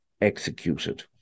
executed